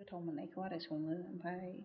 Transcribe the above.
गोथाव मोननायखौ आरो सङो आरो ओमफ्राय